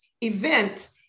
event